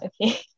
okay